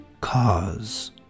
cause